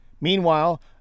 Meanwhile